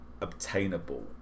obtainable